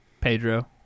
pedro